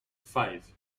five